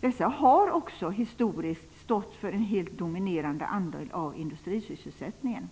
Dessa har också historiskt stått för en helt dominerande andel av industrisysselsättningen.